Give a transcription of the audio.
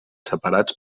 separats